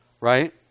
right